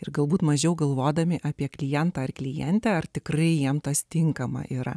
ir galbūt mažiau galvodami apie klientą ar klientę ar tikrai jiems tas tinkamą yra